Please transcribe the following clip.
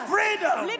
Freedom